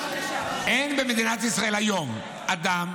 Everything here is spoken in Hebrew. אין במדינת ישראל היום אדם,